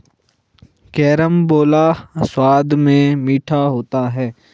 carambola स्वाद में मीठा होता है